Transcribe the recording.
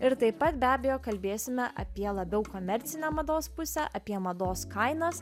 ir taip pat be abejo kalbėsime apie labiau komercinę mados pusę apie mados kainas